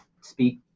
speak